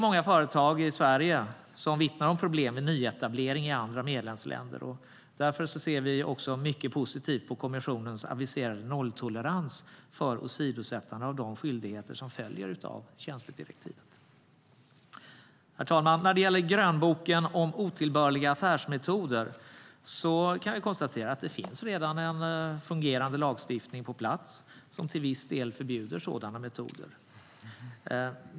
Många företag i Sverige vittnar om problem vid nyetablering i andra medlemsländer. Därför ser vi mycket positivt på kommissionens aviserade nolltolerans för åsidosättande av de skyldigheter som följer av tjänstedirektivet. Herr talman! När det gäller grönboken om otillbörliga affärsmetoder kan vi konstatera att det redan finns en fungerande lagstiftning på plats som till viss del förbjuder sådana metoder.